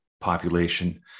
population